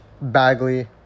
Bagley